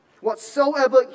whatsoever